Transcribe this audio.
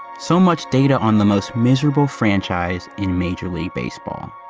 so much data on the most miserable franchise in major league baseball.